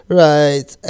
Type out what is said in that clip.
right